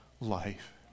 life